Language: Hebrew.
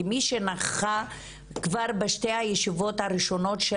כי מי שנכח כבר בשתי הישיבות הראשונות של